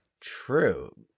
True